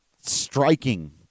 striking